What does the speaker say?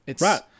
Right